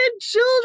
children